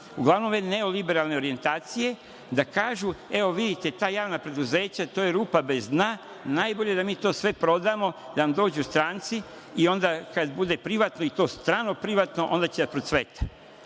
uglavnom ove neoliberalne orijentacije, da kažu – evo, vidite, ta javna preduzeća, to je rupa bez dna, najbolje da mi to sve prodamo, da nam dođu stranci i onda kada bude privatno i to strano privatno, onda će da procveta.